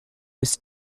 was